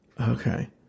okay